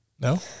No